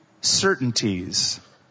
certainties